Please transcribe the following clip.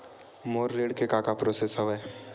मोर ऋण के का का प्रोसेस हवय?